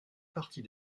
partie